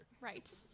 Right